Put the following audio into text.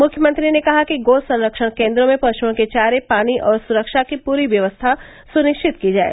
मुख्यमंत्री ने कहा कि गो संरक्षण केन्द्रों में पशुओं के चारे पानी और सुरक्षा की पूरी व्यवस्था सुनिरिचत की जाए